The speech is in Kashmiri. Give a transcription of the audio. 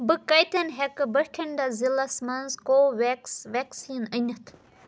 بہٕ کَتٮ۪ن ہیٚکہٕ بھٹِنٛڈہ ضلعس مَنٛز کو ویٚکٕس ویکسیٖن أنِتھ؟